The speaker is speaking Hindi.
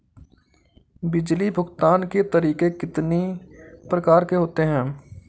बिजली बिल भुगतान के तरीके कितनी प्रकार के होते हैं?